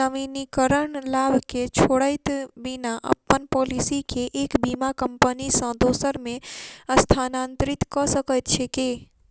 नवीनीकरण लाभ केँ छोड़इत बिना अप्पन पॉलिसी केँ एक बीमा कंपनी सँ दोसर मे स्थानांतरित कऽ सकैत छी की?